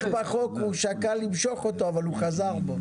בחוק הוא שקל למשוך אותו אבל הוא חזר בו.